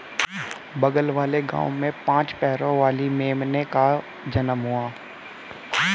बगल वाले गांव में पांच पैरों वाली मेमने का जन्म हुआ है